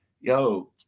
yo